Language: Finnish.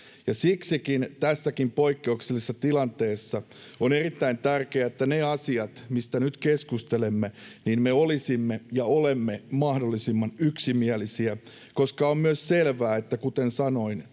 siksikin tässäkin poikkeuksellisessa tilanteessa on erittäin tärkeää, että niistä asioista, mistä nyt keskustelemme, olisimme ja olemme mahdollisimman yksimielisiä, koska on myös selvää — kuten sanoin